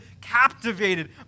captivated